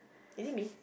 is it me